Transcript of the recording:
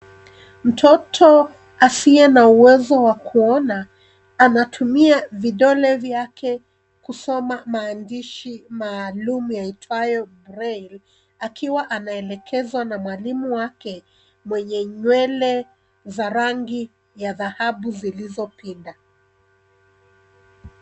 Mtoto asiye na uwezo wa kuona anatumia vidole vyake kusoma maandishi maalum yaitwayo braille ,akiwa anaelekezwa na mwalimu wake mwenye nywele za rangi ya dhahabu zilizopinda.